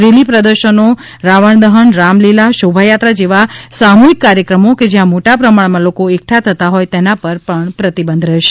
rally પ્રદર્શનો રાવણ દહન રામલીલા શોભાયાત્રા જેવા સામૂહિક કાર્યક્રમો કે જ્યાં મોટા પ્રમાણમાં લોકો એકઠા થતા હોય તેના પર પ્રતિબંધ રહેશે